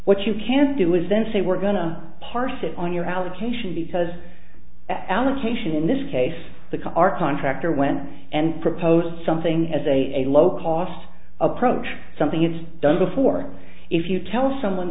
what you can do is then say we're going to parse it on your allocation because allocation in this case the car contractor went and proposed something as a low cost approach something it's done before if you tell someone